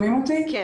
תודה